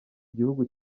igihugu